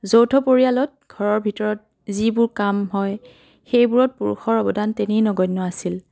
যৌথ পৰিয়ালত ঘৰৰ ভিতৰত যিবোৰ কাম হয় সেইবোৰত পুৰুষৰ অৱদান তেনেই নগণ্য আছিল